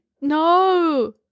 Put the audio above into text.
No